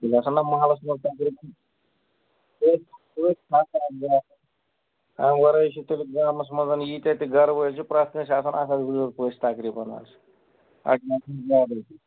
تیٚلہِ آسان نا محلس منٛز تقریٖباً اَمہِ وَرٲے چھِ تیٚلہِ گامس منٛز ییٖتاہ تہِ گَرٕ وٲلۍ چھِ پرٛتھ کٲنٛسہِ چھِ آسان اَکھ اَکھ زٕ پٔژھ تقریٖباً